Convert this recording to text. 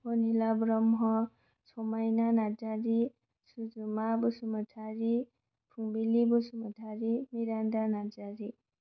Anila Brahma Samaina Narzary Sujuma Basumatary Phungbili Basumatary Niranda Narzary